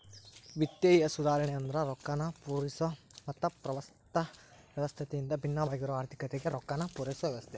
ವಿತ್ತೇಯ ಸುಧಾರಣೆ ಅಂದ್ರ ರೊಕ್ಕಾನ ಪೂರೈಸೊ ಮತ್ತ ಪ್ರಸ್ತುತ ವ್ಯವಸ್ಥೆಯಿಂದ ಭಿನ್ನವಾಗಿರೊ ಆರ್ಥಿಕತೆಗೆ ರೊಕ್ಕಾನ ಪೂರೈಸೊ ವ್ಯವಸ್ಥೆ